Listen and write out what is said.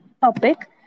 topic